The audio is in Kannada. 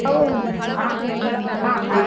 ಹೌದ್ ಹಾಂ ಹಾಂ ಹಾಂ